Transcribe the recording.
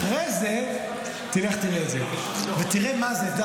אחרי זה תלך לראות את זה ותראה מה זה.